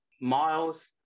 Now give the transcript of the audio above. Miles